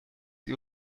ihr